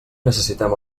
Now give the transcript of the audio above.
necessitem